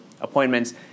appointments